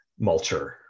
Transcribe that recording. mulcher